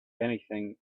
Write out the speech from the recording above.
anything